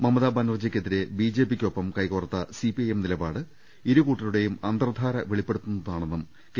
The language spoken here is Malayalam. മമത ബാനർജിക്കെതിരെ ബിജെപിക്കൊപ്പം കൈകോർത്ത സിപിഐഎം നിലപാട് ഇരുകൂട്ടരുടേയും അന്തർധാര വെളിപ്പെടുത്തുന്നതാണെന്നും കെ